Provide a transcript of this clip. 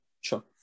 Sure